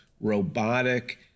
robotic